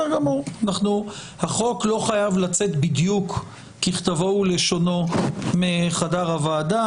החוק לא חייב לצאת בדיוק ככתבו כלשונו מחדר הוועדה.